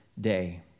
day